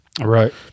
Right